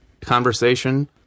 conversation